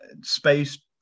space